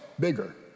Bigger